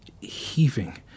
heaving